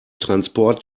transport